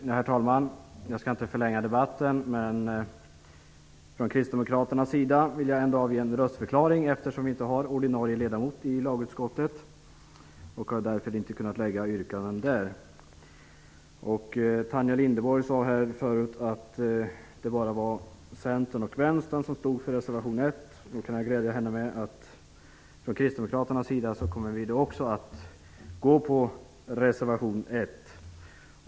Herr talman! Jag skall inte förlänga debatten, men jag vill ändå avge en röstförklaring för kristdemokraternas räkning, eftersom vi inte har någon ordinarie ledamot i lagutskottet och därför inte har kunnat lägga fram våra yrkanden där. Tanja Linderborg sade tidigare att det bara var Jag kan då glädja henne med att vi från kristdemokraternas sida kommer att stödja reservation 1.